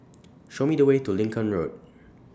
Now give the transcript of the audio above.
Show Me The Way to Lincoln Road